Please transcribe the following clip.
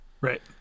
right